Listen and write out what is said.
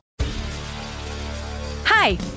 Hi